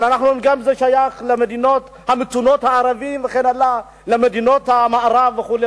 זה גם שייך למדינות הערביות המתונות וכן למדינות המערב וכו'.